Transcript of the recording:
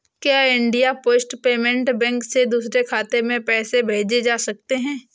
क्या India post payment bank से दूसरे खाते में पैसे भेजे जा सकते हैं?